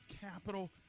capital